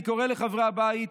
אני קורא לחברי הבית,